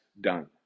done